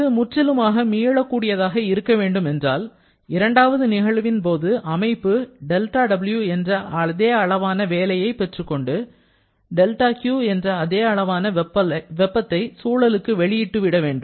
இது முற்றிலுமாக மீளக்கூடியதாக இருக்க வேண்டும் என்றால் இரண்டாவது நிகழ்வின்போது அமைப்பு δW என்ற அதே அளவான வேலையை பெற்றுக்கொண்டு δQ என்ற அதே அளவான வெப்பத்தை சூழலுக்கு வெளியிட்டு விட வேண்டும்